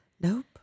Nope